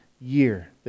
year